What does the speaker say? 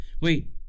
Wait